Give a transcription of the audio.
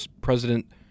President